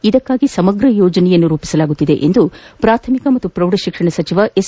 ಇದಕ್ಕಾಗಿ ಸಮಗ್ರ ಯೋಜನೆ ರೂಪಿಸಲಾಗುತ್ತಿದೆ ಎಂದು ಪ್ರಾಥಮಿಕ ಮತ್ತು ಪ್ರೌಢಶಿಕ್ಷಣ ಸಚಿವ ಎಸ್